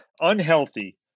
Unhealthy